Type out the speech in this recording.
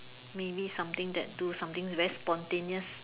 maybe something that do something very spontaneous